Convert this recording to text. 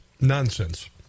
nonsense